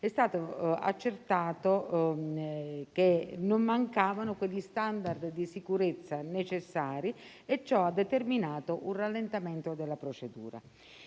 è stato accertato che mancavano gli *standard* di sicurezza necessari e ciò ha determinato un rallentamento della procedura.